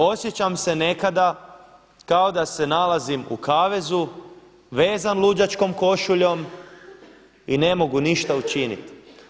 Osjećam se nekada kao da se nalazim u kavezu vezan luđačkom košuljom i ne mogu ništa učiniti.